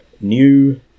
new